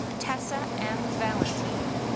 tessa m. valentien.